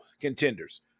contenders